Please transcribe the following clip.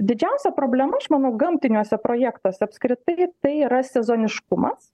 didžiausia problema aš manau gamtiniuose projektuose apskritai tai yra sezoniškumas